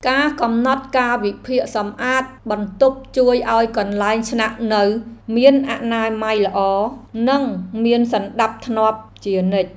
ការកំណត់កាលវិភាគសម្អាតបន្ទប់ជួយឱ្យកន្លែងស្នាក់នៅមានអនាម័យល្អ និងមានសណ្តាប់ធ្នាប់ជានិច្ច។